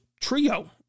trio